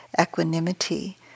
equanimity